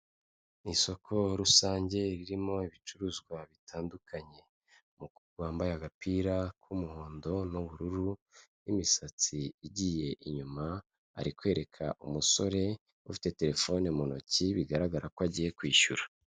Ni isoko rusange ririmo ibicuruzwa bitandukanye, umukobwa wambaye agapira k'umuhondo n'ubururu n'imisatsi igiye inyuma, ari kwereka umusore ufite telefone mu ntoki bigaragara ko agiye kwishyura.